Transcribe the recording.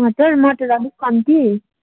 मटर मटर अलिक कम्ती